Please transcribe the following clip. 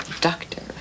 Doctor